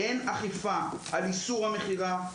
אין אכיפה על איסור המכירה,